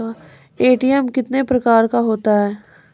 ATM कितने प्रकार का होता हैं?